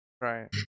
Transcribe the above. Right